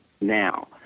now